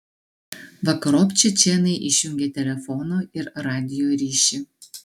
vakarop čečėnai išjungė telefono ir radijo ryšį